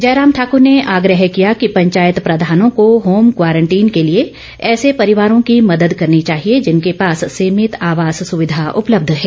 जयराम ठाकर ने आग्रह किया कि पंचायत प्रधानों को होम क्वारंटीन के लिए ऐसे परिवारों की मदद करनी चाहिए जिनेके पास सीमित आवास सुविधा उपलब्ध है